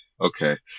okay